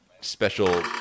special